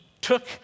took